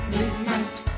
Midnight